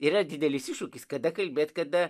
yra didelis iššūkis kada kalbėt kada